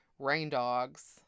raindogs